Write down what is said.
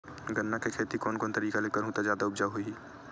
गन्ना के खेती कोन कोन तरीका ले करहु त जादा उपजाऊ होही?